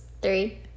Three